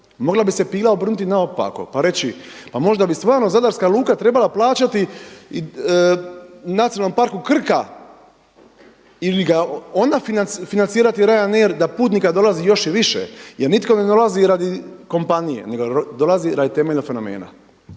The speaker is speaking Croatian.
Mogla bi se pila obrnuti naopako pa reći, pa možda bi stvarno Zadarska luka trebala plaćati Nacionalnom parku Krka ili ga ona financirati Ryanair da putnika dolazi još i više jer nitko ne dolazi radi kompanije nego dolazi radi temeljenog fenomena.